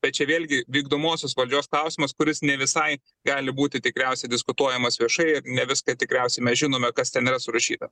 bet čia vėlgi vykdomosios valdžios klausimas kuris ne visai gali būti tikriausiai diskutuojamas viešai ne viską tikriausiai mes žinome kas ten yra surašyta